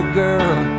girl